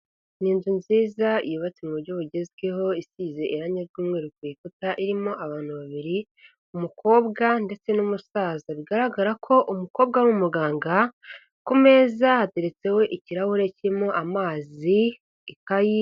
Ni inzu nziza yubatse mu buryo bugezweho isize irange ry'umweru ku bikuta, irimo abantu babiri umukobwa ndetse n'umusaza, bigaragara ko umukobwa ari umuganga, ku meza hateretseho ikirahure kirimo amazi, ikayi.